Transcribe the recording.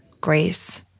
grace